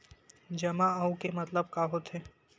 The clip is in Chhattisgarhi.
जमा आऊ के मतलब का होथे?